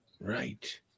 Right